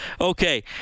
Okay